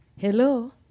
Hello